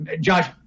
Josh